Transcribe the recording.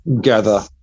gather